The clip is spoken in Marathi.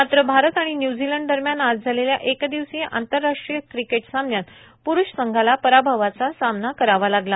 मात्र भारत आणि न्यूझीलंड दरम्यान आज झालेल्या एक दिवसीय आंतरराष्ट्रीय क्रिकेट सामन्यात प्रूश संघाला पराभवाचा सामना करावा लागला